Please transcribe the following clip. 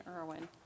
Irwin